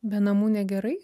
be namų negerai